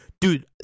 Dude